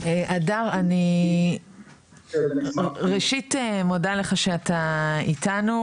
אדר, אני ראשית מודה לך שאתה איתנו